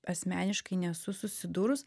asmeniškai nesu susidūrus